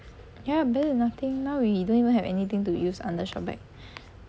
ya better than nothing now we don't even have anything to use under ShopBack